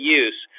use